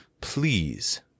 please